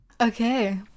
okay